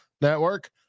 Network